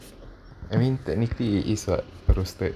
I mean technically it is [what] roasted